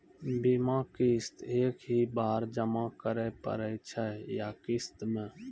बीमा किस्त एक ही बार जमा करें पड़ै छै या किस्त मे?